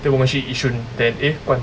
then 我们去 yishun then eh 关